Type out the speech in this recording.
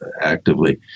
actively